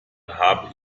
habe